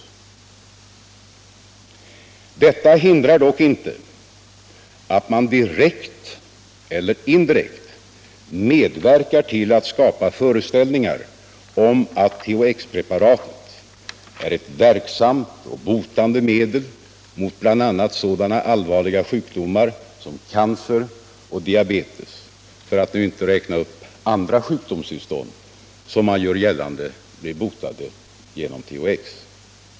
Detta hindrar dock inte att man direkt eller indirekt medverkar till att skapa föreställningar om att THX preparatet är ett verksamt och botande medel mot bl.a. sådana allvarliga sjukdomar som cancer och diabetes — för att nu inte räkna upp andra sjukdomstillstånd som man gör gällande blir botade genom THX.